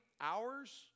hours